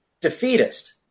defeatist